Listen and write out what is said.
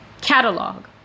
catalog